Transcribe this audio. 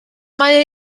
mae